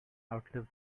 outlive